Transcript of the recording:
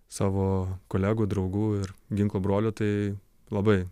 savo kolegų draugų ir ginklo brolių tai labai